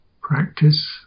practice